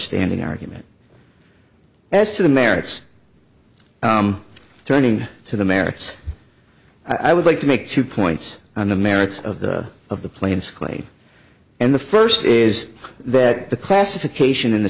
standing argument as to the merits turning to the merits i would like to make two points on the merits of the of the plaintiff's claim and the first is that the classification in the